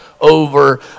over